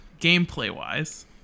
gameplay-wise